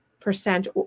Percent